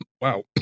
Wow